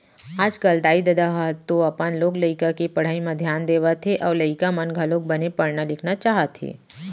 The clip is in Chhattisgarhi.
आजकल दाई ददा ह तो अपन लोग लइका के पढ़ई म धियान देवत हे अउ लइका मन घलोक बने पढ़ना लिखना चाहत हे